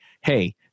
hey